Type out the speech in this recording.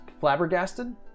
Flabbergasted